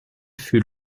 fut